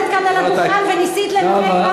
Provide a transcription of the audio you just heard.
עמדת כאן על הדוכן וניסית לנמק למה